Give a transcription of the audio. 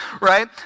right